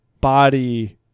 body